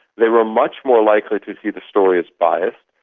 they were much more likely to see the story as biased,